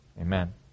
Amen